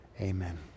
Amen